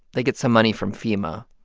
they get some money from fema,